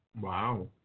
Wow